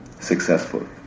successful